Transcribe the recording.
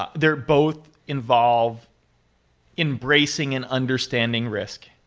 ah they're both involved embracing an understanding risk.